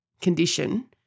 condition